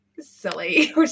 Silly